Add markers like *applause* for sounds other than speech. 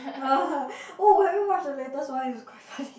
*laughs* oh have you watch the latest one it's quite funny *laughs*